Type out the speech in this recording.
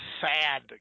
sad